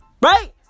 Right